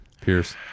Pierce